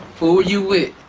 who you with,